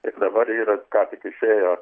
taip dabar yra ką tik išėjo